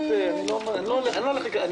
אני לא נכנס לחלוקה בתוך הסעיפים.